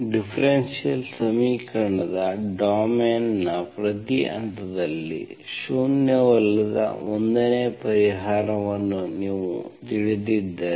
differential ಸಮೀಕರಣದ ಡೊಮೇನ್ನ ಪ್ರತಿ ಹಂತದಲ್ಲಿ ಶೂನ್ಯವಲ್ಲದ 1 ನೇ ಪರಿಹಾರವನ್ನು ನೀವು ತಿಳಿದಿದ್ದರೆ